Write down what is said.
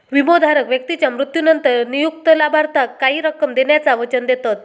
विमोधारक व्यक्तीच्या मृत्यूनंतर नियुक्त लाभार्थाक काही रक्कम देण्याचा वचन देतत